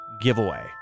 giveaway